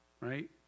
right